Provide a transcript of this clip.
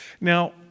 Now